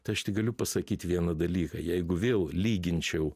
tai aš tik galiu pasakyt vieną dalyką jeigu vėl lyginčiau